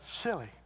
silly